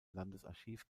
landesarchiv